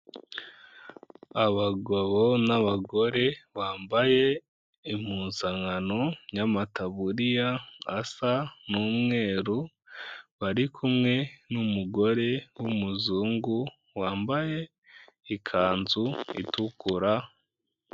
Abagabo n'abagore bambaye impuzankano y'amataburiya asa n'umweru, bari kumwe n'umugore w'umuzungu wambaye ikanzu itukura.